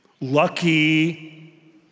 Lucky